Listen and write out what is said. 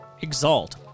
exalt